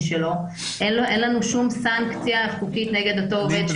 שלו אין לנו שום סנקציה חוקית נגד אותו עובד שלא מוכן --- זה